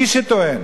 מי שטוען